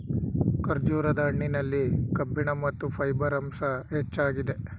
ಖರ್ಜೂರದ ಹಣ್ಣಿನಲ್ಲಿ ಕಬ್ಬಿಣ ಮತ್ತು ಫೈಬರ್ ಅಂಶ ಹೆಚ್ಚಾಗಿದೆ